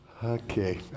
Okay